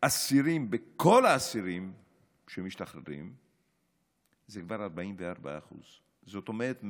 כל האסירים שמשתחררים זה כבר 44%. זאת אומרת,